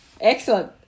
Excellent